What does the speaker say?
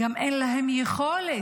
גם אין להם יכולת